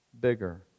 bigger